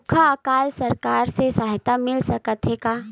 सुखा अकाल सरकार से सहायता मिल सकथे का?